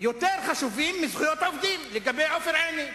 יותר חשובים מזכויות העובדים, לגבי עופר עיני.